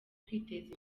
kwiteza